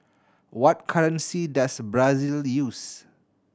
what currency does Brazil use